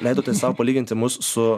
leidote sau palyginti mus su